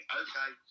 okay